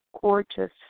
gorgeous